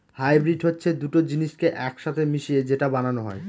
hybrid হচ্ছে দুটো জিনিসকে এক সাথে মিশিয়ে যেটা বানানো হয়